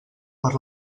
per